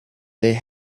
they